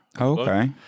Okay